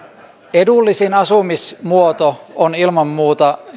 edullisimman asumismuodon helsingissä antaa ilman muuta